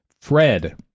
Fred